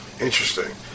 interesting